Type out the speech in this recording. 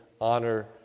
honor